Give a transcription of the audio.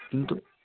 কিন্তু